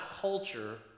culture